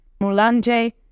Mulanje